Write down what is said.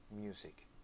music